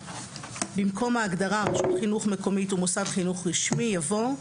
במקום ההגדרה ""רשות חינוך מקומית" ו"מוסד חינוך רשמי"" יבוא: